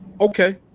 Okay